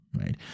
right